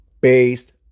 based